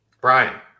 Brian